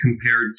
compared